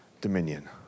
dominion